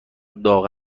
داغ